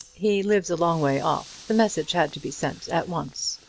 he lives a long way off. the message had to be sent at once.